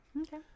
Okay